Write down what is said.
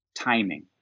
timing